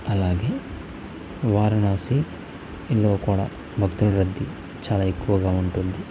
అలాగే వారణాసిలో కూడా భక్తుల రద్దీ చాలా ఎక్కువగా ఉంటుంది